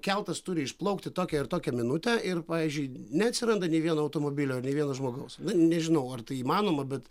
keltas turi išplaukti tokią ir tokią minutę ir pavyzdžiui neatsiranda nei vieno automobilio nei vieno žmogaus nu nežinau ar tai įmanoma bet